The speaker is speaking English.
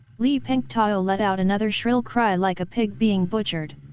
li pengtao let out another shrill cry like a pig being butchered.